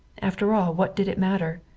after all, what did it matter?